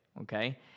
Okay